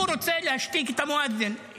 הוא רוצה להשתיק את המואזין.